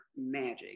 magic